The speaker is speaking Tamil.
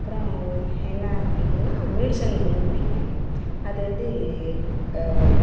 அப்பறம் என்ன பிடிக்குன்னா மீல்ஸ் சன் புன் பிடிக்கும் அது வந்து